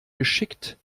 geschickt